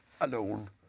alone